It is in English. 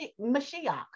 Mashiach